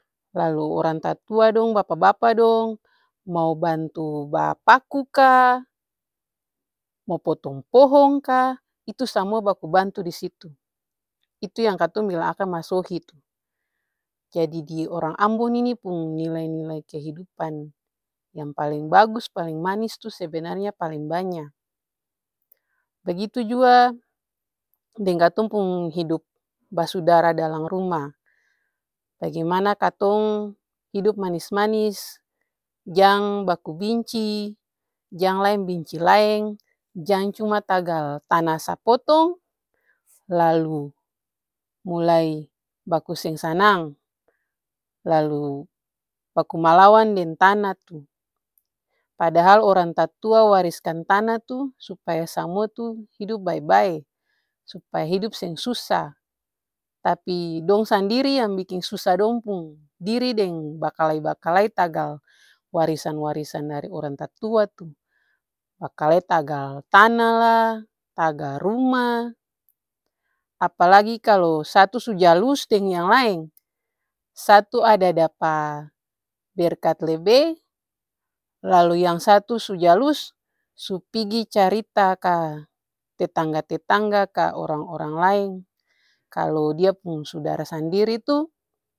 Lalu orang tatua dong bapa-bapa dong mo bantu bapaku ka, mo potong pohong ka, itu samua baku bantu disitu. Itu yang katong bilang akang masohi tuh jadi di orang ambon nih pung nilai-nilai kehidupan yang paleng bagus, paleng manis tuh sebenarnya paleng banya. Bagitu jua deng katong pung hidup basudara dalam rumah, bagimana katong hidup manis-manis jang baku binci, jang laeng binci laeng jang cuma tagal tana sapotong, lalu mulai baku seng sanang lalu baku malawang deng tana tuh. Padahal orang tatua wariskan tana tuh supaya samua tuh hidup bae-bae supaya hidop seng susa tapi dong sandiri yang biking susa dong pung diri deng bakalae-bakalae tagal warisan-warisan dari orang tatua tuh. Bakalae tagal tana lah, tagal rumah, apalagi kalu satu su jalus deng yang laeng, satu ada dapa berkat lebe lalu yang satu su jalus, su pigi carita ka tetangga-tetangga ka orang-orang laeng, kalu dia pung sudara sandiri tuh.